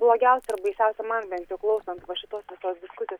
blogiausia ir baisiausia man bent jau klausant va šitos visos diskusijos